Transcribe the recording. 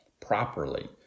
properly